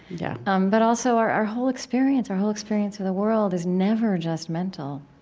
yeah um but also our our whole experience, our whole experience of the world is never just mental